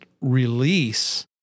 release